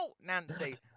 Nancy